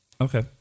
Okay